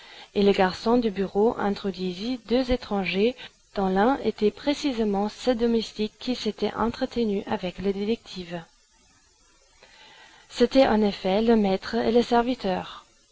et le garçon de bureau introduisit deux étrangers dont l'un était précisément ce domestique qui s'était entretenu avec le détective c'étaient en effet le maître et le serviteur